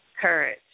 courage